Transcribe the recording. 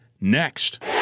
next